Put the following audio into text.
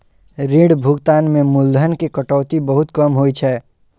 ऋण भुगतान मे मूलधन के कटौती बहुत कम होइ छै